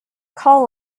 call